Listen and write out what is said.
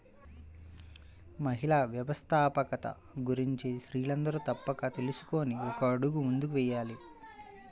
మహిళా వ్యవస్థాపకత గురించి స్త్రీలందరూ తప్పక తెలుసుకొని ఒక అడుగు ముందుకు వేయాలి